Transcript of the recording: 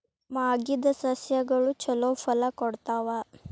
ಮಾಗಿದ್ ಸಸ್ಯಗಳು ಛಲೋ ಫಲ ಕೊಡ್ತಾವಾ?